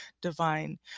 divine